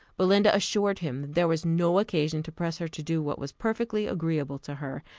belinda assured him that there was no occasion to press her to do what was perfectly agreeable to her,